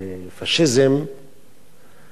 הם תמיד,